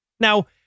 Now